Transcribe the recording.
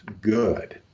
good